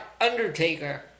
Undertaker